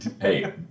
hey